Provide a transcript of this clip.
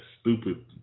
stupid